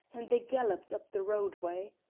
and they galloped up the roadway.